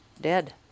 dead